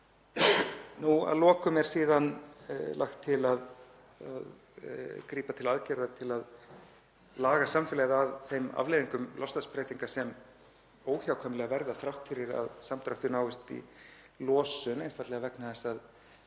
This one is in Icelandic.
Að lokum er síðan lagt til að grípa til aðgerða til að laga samfélagið að þeim afleiðingum loftslagsbreytinga sem óhjákvæmilega verða þrátt fyrir að samdráttur náist í losun, einfaldlega vegna þess að